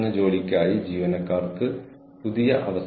നിങ്ങൾ ഞങ്ങളോട് എന്തെങ്കിലും ചെയ്യാൻ പറയുന്നു